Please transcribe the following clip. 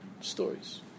Stories